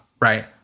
right